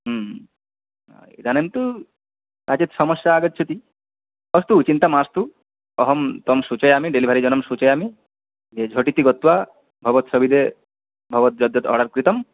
इदानीं तु काचित् समस्या आगच्छति अस्तु चिन्ता मास्तु अहं तं सूचयामि डेलिवरि जनं सूचयामि ये झटिति गत्वा भवत्सविधे भवत् यद् यद् आर्डर् कृतम्